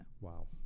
wow